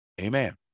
Amen